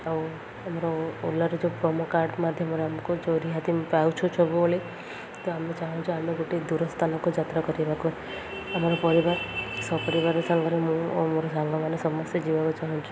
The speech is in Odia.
ଆଉ ଆମର ଓଲାର ଯେଉଁ ପ୍ରୋମୋ କାର୍ଡ଼ ମାଧ୍ୟମରେ ଆମକୁ ଯେଉଁ ରିହାତି ପାଉଛୁ ସବୁବେଳେ ତ ଆମେ ଚାହୁଁଛୁ ଆମେ ଗୋଟେ ଦୂର ସ୍ଥାନକୁ ଯାତ୍ରା କରିବାକୁ ଆମର ପରିବାର ସପରିବାର ସାଙ୍ଗରେ ମୁଁ ଓ ମୋର ସାଙ୍ଗମାନେ ସମସ୍ତେ ଯିବାକୁ ଚାହୁଁଛୁ